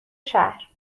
شهر